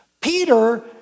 Peter